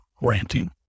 ranting